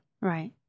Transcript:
Right